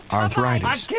arthritis